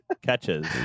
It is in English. catches